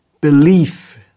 belief